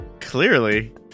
clearly